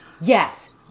Yes